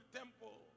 temple